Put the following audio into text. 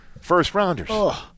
first-rounders